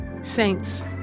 Saints